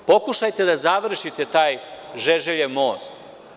Pokušajte da završite taj „Žeželjev most“